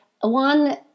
one